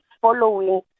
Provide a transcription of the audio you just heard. following